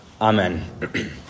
amen